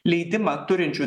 leidimą turinčių